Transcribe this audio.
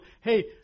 hey